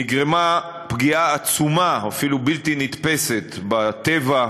נגרמה פגיעה עצומה ואפילו בלתי נתפסת בטבע.